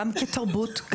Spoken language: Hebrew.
גם כתרבות,